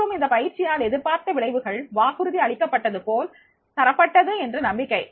மற்றும் அந்த பயிற்சியால் எதிர்பார்த்த விளைவுகள் வாக்குறுதி அளிக்கப்பட்டது போல் தரப்பட்டது என்ற நம்பிக்கை